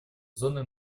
зоны